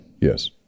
Yes